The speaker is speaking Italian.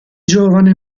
giovane